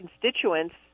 constituents